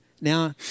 Now